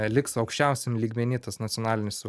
liks aukščiausiam lygmeny tas nacionalinis